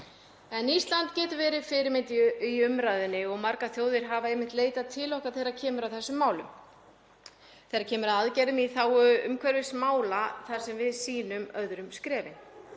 Ísland getur verið fyrirmynd í umræðunni og margar þjóðir hafa einmitt leitað til okkar þegar kemur að þessum málum, þegar kemur að aðgerðum í þágu umhverfismála þar sem við sýnum öðrum skrefin.